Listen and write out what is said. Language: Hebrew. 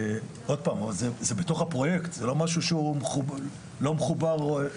זה בתוך הפרוייקט, זה לא משהו שלא מחובר לפרוייקט.